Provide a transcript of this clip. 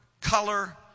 color